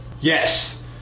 yes